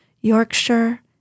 Yorkshire